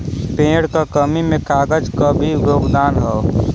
पेड़ क कमी में कागज क भी योगदान हौ